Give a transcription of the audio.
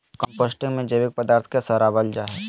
composting में जैविक पदार्थ के सड़ाबल जा हइ